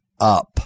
up